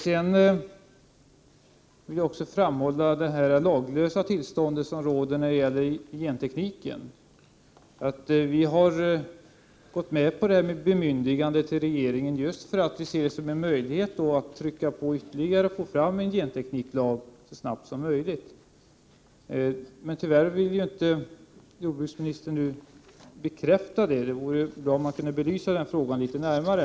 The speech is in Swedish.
Så något om det laglösa tillstånd som råder på genteknikens område. Vi har gått med på det aktuella bemyndigandet till regeringen just för att vi här ser en möjlighet till ytterligare påtryckningar för att få fram en gentekniklag så snabbt som möjligt. Vi får tyvärr inte någon bekräftelse från jordbruksministern på den punkten. Det vore dock bra om han ville belysa denna fråga litet närmare.